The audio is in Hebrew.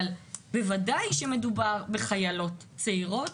אבל בוודאי כשמדובר בחיילות צעירות.